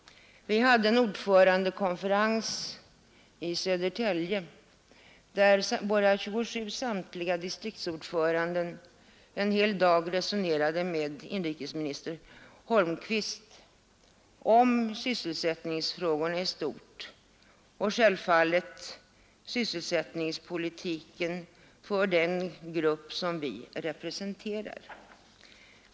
Vi hade en ordförandekonferens i Södertälje, där samtliga våra 27 distriktsordförande en hel dag resonerade med inrikesminister Holmqvist om sysselsättningsfrågorna i stort och självfallet sysselsättningspolitiken för den grupp som vi representerar.